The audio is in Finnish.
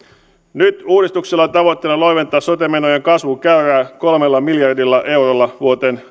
nyt uudistuksella tavoitellaan sote menojen kasvun käyrän loiventamista kolmella miljardilla eurolla vuoteen